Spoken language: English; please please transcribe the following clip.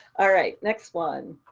all right, next one.